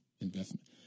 investment